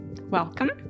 Welcome